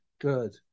good